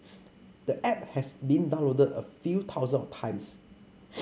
the app has been downloaded a few thousands of times